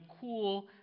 cool